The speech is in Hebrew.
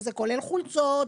שזה כולל חולצות,